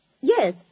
Yes